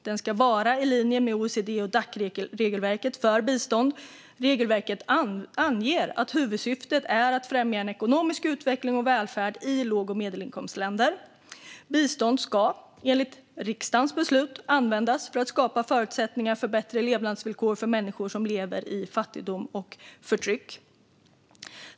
Den ska vara i linje med OECD-Dac-regelverket för bistånd, och regelverket anger att huvudsyftet är att främja en ekonomisk utveckling och välfärd i låg och medelinkomstländer. Bistånd ska enligt riksdagens beslut användas för att skapa förutsättningar för bättre levnadsvillkor för människor som lever i fattigdom och förtryck.